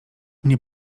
mnie